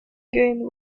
gain